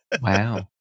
Wow